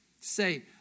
Say